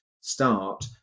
start